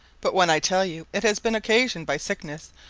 but when i tell you it has been occasioned by sickness,